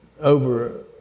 over